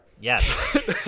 Yes